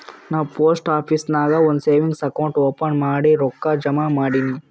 ನಾ post office ನಾಗ್ ಒಂದ್ ಸೇವಿಂಗ್ಸ್ ಅಕೌಂಟ್ ಓಪನ್ ಮಾಡಿ ರೊಕ್ಕಾ ಜಮಾ ಮಾಡಿನಿ